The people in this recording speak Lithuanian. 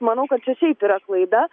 manau kad čia šiaip yra klaida